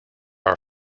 are